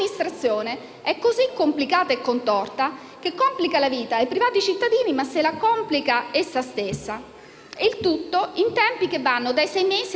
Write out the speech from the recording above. è così complicata e contorta che complica la vita ai privati cittadini, ma se la complica essa stessa; il tutto in tempi che vanno dai sei mesi ai due anni.